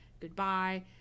Goodbye